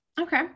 Okay